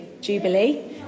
Jubilee